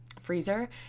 freezer